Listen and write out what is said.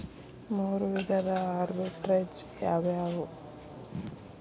ಮೂರು ವಿಧದ ಆರ್ಬಿಟ್ರೆಜ್ ಯಾವವ್ಯಾವು?